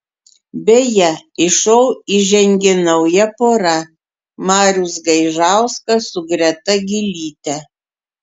beje į šou įžengė nauja pora marius gaižauskas su greta gylyte